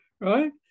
right